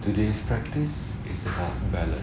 today's practice is about balance